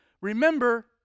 Remember